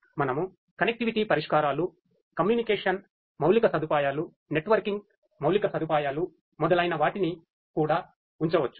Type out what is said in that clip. మనము కనెక్టివిటీ పరిష్కారాలు కమ్యూనికేషన్ మౌలిక సదుపాయాలు నెట్వర్కింగ్ మౌలిక సదుపాయాలు మొదలైన వాటిని కూడా ఉంచవచ్చు